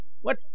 What